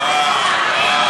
חיים,